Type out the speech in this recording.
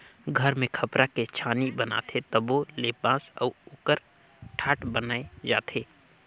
घर मे खपरा के छानी बनाथे तबो ले बांस अउ ओकर ठाठ बनाये जाथे